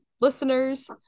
listeners